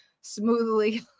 smoothly